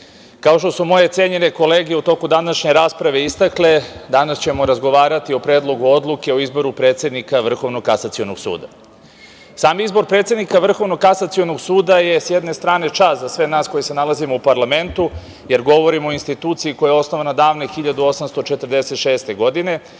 kao što su moje cenjene kolege u toku današnje rasprave istakle, danas ćemo razgovarati o Predlogu odluke o izboru predsednika Vrhovnog kasacionog suda. Sam izbor predsednika Vrhovnog kasacionog suda je s jedne strane čast za sve nas koji se nalazimo u parlamentu, jer govorimo o instituciji koja je osnovana davne 1846. godine,